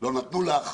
לא נתנו לך,